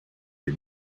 les